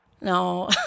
No